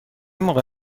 موقع